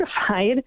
certified